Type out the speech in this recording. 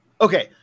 Okay